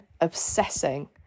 obsessing